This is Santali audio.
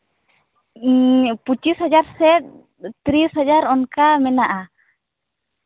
ᱤᱧ ᱯᱚᱸᱪᱤᱥ ᱦᱟᱡᱟᱨ ᱥᱮᱜ ᱛᱤᱨᱤᱥ ᱦᱟᱡᱟᱨ ᱚᱱᱠᱟ ᱢᱮᱱᱟᱜᱼᱟ